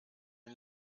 den